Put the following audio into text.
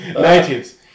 Natives